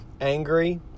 angry